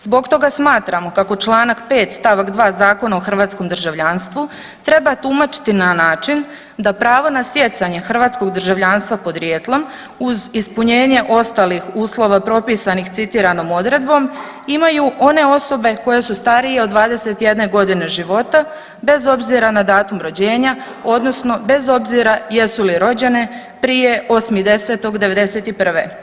Zbog toga smatramo kako čl. 5. st. 2. Zakona o hrvatskom državljanstvu treba tumačiti na način da pravo na stjecanje hrvatskog državljanstva podrijetlom uz ispunjenje ostalih uslova propisanih citiranom odredbom imaju one osobe koje su starije od 21.g. života bez obzira na datum rođenja odnosno bez obzira jesu li rođene prije 8.10.'91.